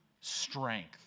strength